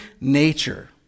nature